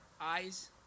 eyes